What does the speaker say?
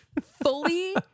fully